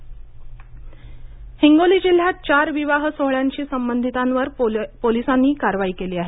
हिंगोली कारवाई हिंगोली जिल्ह्यात चार विवाह सोहळ्यांशी संबंधितांवर पोलिसांनी कारवाई केली आहे